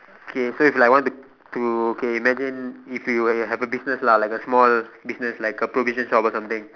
okay so it's like want to to okay imagine if you eh have a business lah like a small business like a provision shop or something